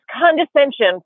condescension